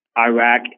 Iraq